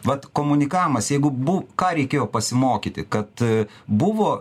vat komunikavimas jeigu bu ką reikėjo pasimokyti kad buvo